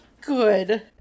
Good